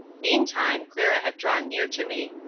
meantime clara had drawn nearer to me.